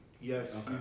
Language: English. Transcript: yes